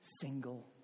single